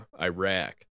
Iraq